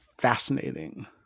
fascinating